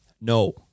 No